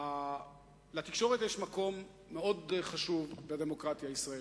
לתקשורת יש מקום מאוד חשוב בדמוקרטיה הישראלית.